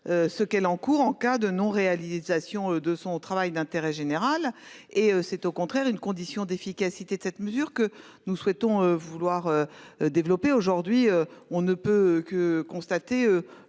ce qu'elle encourt en cas de non-réalisation de son travail d'intérêt général : c'est un gage d'efficacité de cette mesure, que nous entendons développer. Aujourd'hui, on ne peut que constater